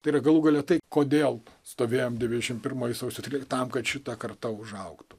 tai yra galų gale tai kodėl stovėjom devyniasdešimt pirmų sausio tryliktą kad šita karta užaugtų